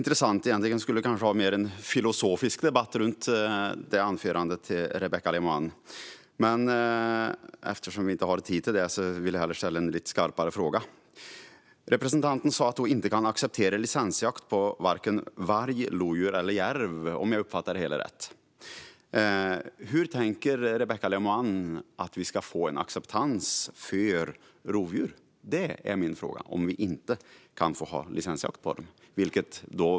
Herr talman! Vi skulle kanske ha mer av en filosofisk debatt om Rebecka Le Moines anförande, men eftersom vi inte har tid till det vill jag hellre ställa en lite skarpare fråga. Representanten sa att hon inte kan acceptera licensjakt på varg, lodjur eller järv, om jag uppfattade det hela rätt. Hur tänker sig Rebecka Le Moine att vi ska få en acceptans för rovdjur om vi inte kan få ha licensjakt på dem?